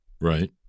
Right